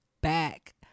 back